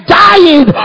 dying